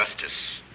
Justice